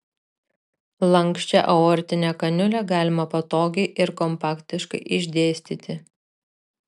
lanksčią aortinę kaniulę galima patogiai ir kompaktiškai išdėstyti